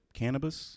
cannabis